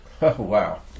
Wow